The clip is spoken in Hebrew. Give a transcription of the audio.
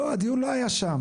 לא, הדיון לא היה שם.